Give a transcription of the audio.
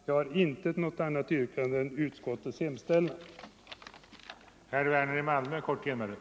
Jag har inget annat yrkande än om bifall till utskottets hemställan.